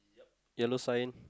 yellow sign